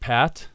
Pat